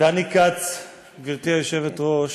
דני כץ, גברתי היושבת-ראש,